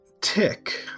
Tick